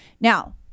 Now